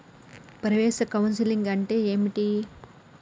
ప్రవేశ కౌన్సెలింగ్ అంటే ఏమిటి?